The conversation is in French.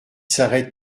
s’arrête